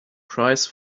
price